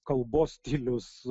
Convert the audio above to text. kalbos stilius